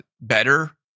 better